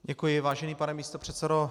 Děkuji, vážený pane místopředsedo.